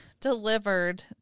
delivered